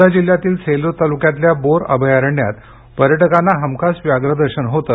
वर्धा जिल्ह्यातील सेलू तालुक्यातल्या बोर अभयारण्यात पर्यटकांना हमखास व्याघ्र दर्शन होतं